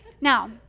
Now